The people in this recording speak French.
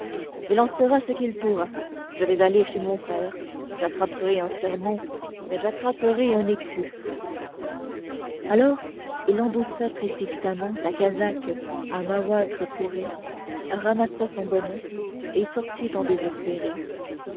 il en sera ce qu'il pourra je vais aller chez mon frère j'attraperai un sermon mais j'attraperai un écu alors il endossa précipitamment sa casaque à mahoîtres fourrées ramassa son bonnet et sortit en désespéré